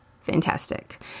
fantastic